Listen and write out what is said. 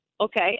okay